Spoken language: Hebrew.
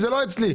זה לא אצלי.